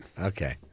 Okay